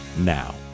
now